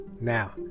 Now